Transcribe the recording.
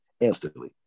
instantly